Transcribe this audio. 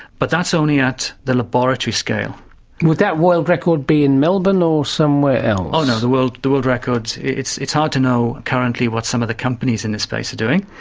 but that's only at the laboratory scale would that world record be in melbourne or somewhere else? oh no, the world the world record, it's it's hard to know currently what some of the companies in this space are doing.